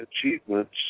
achievements